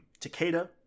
Takeda